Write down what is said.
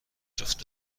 جفت